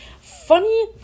Funny